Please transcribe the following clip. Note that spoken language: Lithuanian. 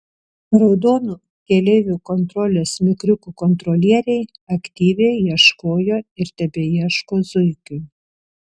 raudonų keleivių kontrolės mikriukų kontrolieriai aktyviai ieškojo ir tebeieško zuikių